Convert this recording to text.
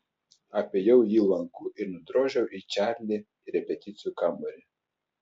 apėjau jį lanku ir nudrožiau į čarli repeticijų kambarį